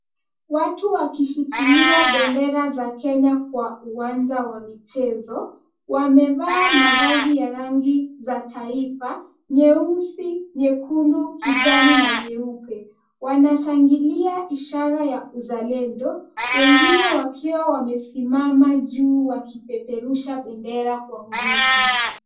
Watu wakishikilia bendera za Kenya kwa uwanja wa michezo, wamevaa mavazi ya rangi za taifa nyeusi, nyekundu, kijani na nyeupe. Wanashangilia ishara ya uzalendo wengine wakiwa wamesimama juu wakipeperusha bendera kwa nguvu.